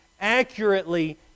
accurately